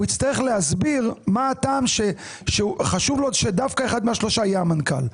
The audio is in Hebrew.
הוא יצטרך להסביר מה הטעם שחשוב לו שדווקא אחד מהשלושה יהיה המנכ"ל.